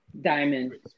diamond